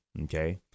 Okay